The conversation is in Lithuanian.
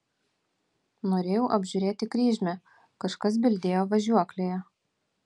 norėjau apžiūrėti kryžmę kažkas bildėjo važiuoklėje